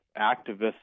activists